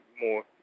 more